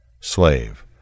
Slave